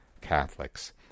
Catholics